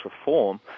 reform